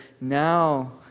now